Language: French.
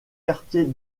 quartiers